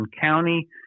County